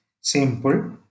simple